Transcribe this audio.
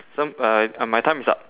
I uh ah my time is up